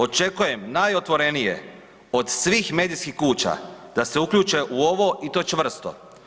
Očekujem najotvorenije od svih medijskih kuća da se uključe u ovo i to čvrsto.